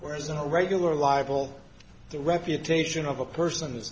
wares on a regular libel the reputation of a person